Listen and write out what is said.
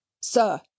Sir